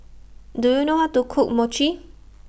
Do YOU know How to Cook Mochi